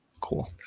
Cool